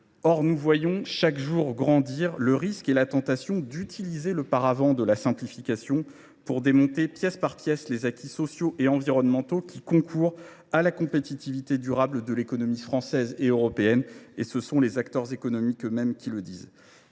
Or nous voyons chaque jour grandir le risque et la tentation d’utiliser le paravent de la simplification pour démonter, pièce par pièce, les acquis sociaux et environnementaux qui concourent à la compétitivité durable de l’économie française et européenne. Ce sont les acteurs économiques eux mêmes qui le disent.